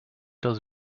does